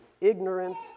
ignorance